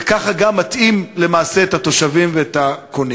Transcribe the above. וככה גם מטעים למעשה את התושבים ואת הקונים.